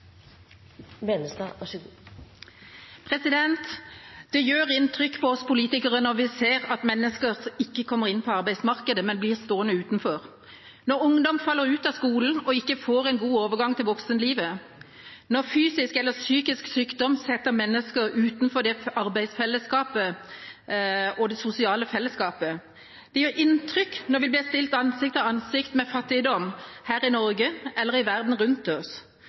Det gjør inntrykk på oss politikere når vi ser at mennesker ikke kommer inn på arbeidsmarkedet, men blir stående utenfor, når ungdom faller ut av skolen og ikke får en god overgang til voksenlivet, når fysisk eller psykisk sykdom setter mennesker utenfor arbeidsfellesskapet og det sosiale fellesskapet. Det gjør inntrykk når vi blir stilt ansikt til ansikt med fattigdom her i Norge eller i verden rundt oss,